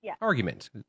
argument